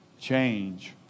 change